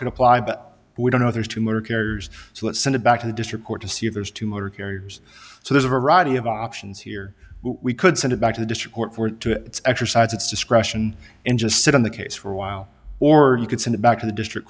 to apply but we don't know there's two more carriers so let's send it back to the district court to see if there's two more carriers so there's a variety of options here we could send it back to the district court for it to exercise its discretion and just sit on the case for a while or you could send it back to the district